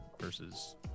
versus